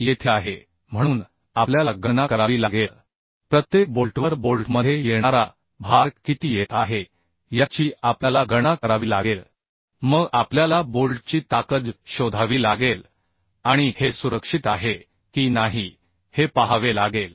येथे आहे म्हणून आपल्याला गणना करावी लागेल प्रत्येक बोल्टवर बोल्टमध्ये येणारा भार किती येत आहे याची आपल्याला गणना करावी लागेल मग आपल्याला बोल्टची ताकद शोधावी लागेल आणि हे सुरक्षित आहे की नाही हे पाहावे लागेल